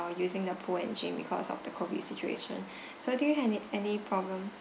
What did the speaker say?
uh using the pool and gym because of the COVID situation so do you have any problem